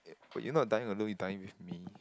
eh but you're not dying alone you dying with me